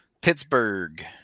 Pittsburgh